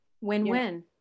win-win